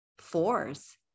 force